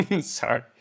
Sorry